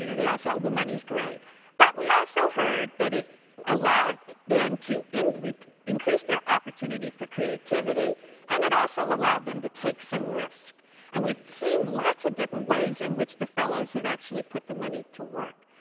you know they all said the money's great but we also heard that it allowed them to increase their opportunity for creativity and it also allowed them to take some risk and we've seen lots of different ways in which the fellows have actually put the money to work.